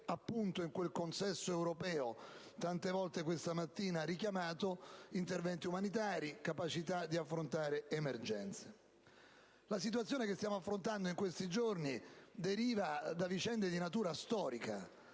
appunto in quel consesso europeo tante volte questa mattina richiamato, interventi umanitari e capacità di affrontare emergenze. La situazione che stiamo affrontando in questi giorni deriva da vicende di natura storica: